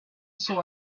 saw